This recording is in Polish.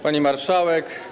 Pani Marszałek!